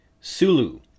Sulu